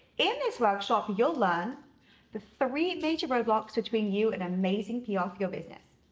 in this workshop, you'll learn the three major roadblocks between you and amazing pr ah for your business.